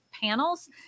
panels